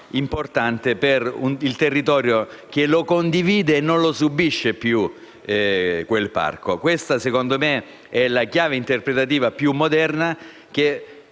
importante per il territorio, che condivide e non subisce più quel parco. Questa secondo me è la chiave interpretativa più moderna, che